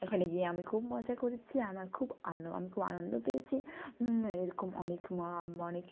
এখানে গিয়ে আমি খুব মজা করেছি আমার খুব আন আমি খুব আনন্দ পেয়েছি এরকম অনেক অনেক